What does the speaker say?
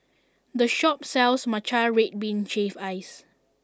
this shop sells Matcha Red Bean Shaved Ice